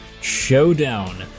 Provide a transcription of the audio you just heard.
showdown